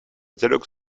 dialogue